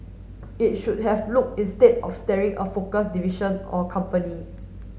it should have looked instead at starting a focused division or company